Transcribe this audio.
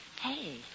Hey